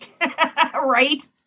right